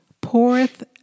poureth